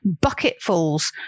bucketfuls